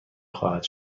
خواهد